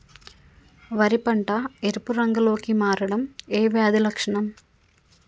వరి పంట ఎరుపు రంగు లో కి మారడం ఏ వ్యాధి లక్షణం?